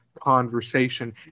conversation